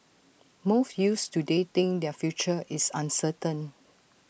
most youths today think their future is uncertain